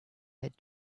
had